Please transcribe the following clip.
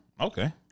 Okay